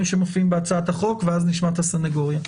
שמופיעים בהצעת החוק ואז נשמע את הסניגוריה.